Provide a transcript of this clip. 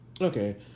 Okay